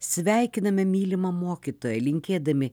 sveikiname mylimą mokytoją linkėdami